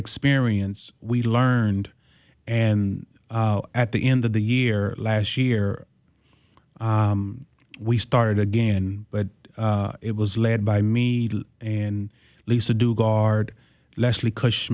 experience we learned and at the end of the year last year we started again but it was led by me and lisa do guard leslie cush